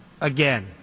again